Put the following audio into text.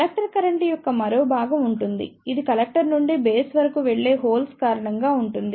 collector current యొక్క మరో భాగం ఉంటుంది ఇది కలెక్టర్ నుండి బేస్ వరకు వెళ్ళే హోల్స్ కారణంగా ఉంటుంది